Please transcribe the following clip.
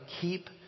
keep